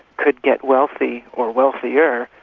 could get wealthy, or wealthier,